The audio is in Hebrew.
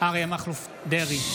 אריה מכלוף דרעי,